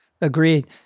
agreed